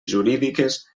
jurídiques